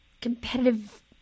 competitive